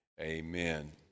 Amen